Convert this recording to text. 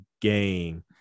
game